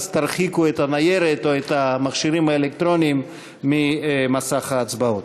תרחיקו את הניירת או את המכשירים האלקטרוניים ממסך ההצבעות.